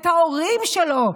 את ההורים שלו,